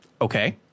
Okay